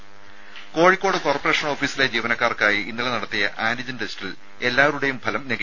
ദേദ കോഴിക്കോട് കോർപ്പറേഷൻ ഓഫീസിലെ ജീവനക്കാർക്കായി ഇന്നലെ നടത്തിയ ആന്റിജൻ ടെസ്റ്റിൽ എല്ലാവരുടെയും ഫലം നെഗറ്റീവ് ആയി